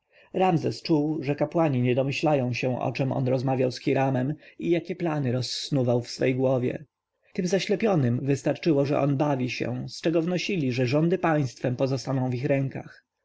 obłudy ramzes czuł że kapłani nie domyślają się o czem on rozmawiał z hiramem i jakie plany rozsnuwał w swej głowie tym zaślepionym wystarczało że on bawi się z czego wnosili że rządy państwem pozostaną w ich rękach